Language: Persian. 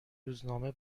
روزنامه